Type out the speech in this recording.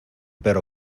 perro